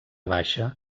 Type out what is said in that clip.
baixa